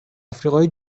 آفریقای